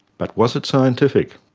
but was it scientific?